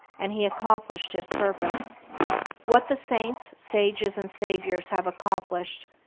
and he accomplished his purpose what the saints, sages, and saviors have accomplished,